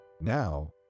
Now